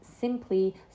simply